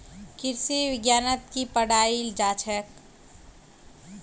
कृषि विज्ञानत की पढ़ाल जाछेक